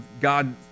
God